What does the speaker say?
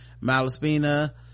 malaspina